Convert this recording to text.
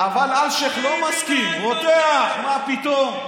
מי מינה את מנדלבליט?